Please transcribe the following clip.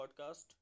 Podcast